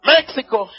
Mexico